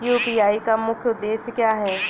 UPI का मुख्य उद्देश्य क्या है?